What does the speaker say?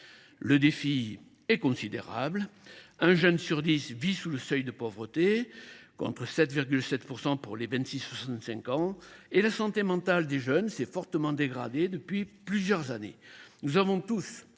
Le défi est considérable. Un jeune sur dix vit sous le seuil de pauvreté, contre 7,7 % des 26 65 ans, et la santé mentale des jeunes s’est fortement dégradée au cours des dernières années. Nous avons tous